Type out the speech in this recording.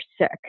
sick